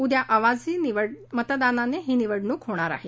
उद्या आवाजी मतदानाने ही निवडणूक होणार आहे